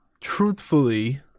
truthfully